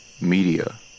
media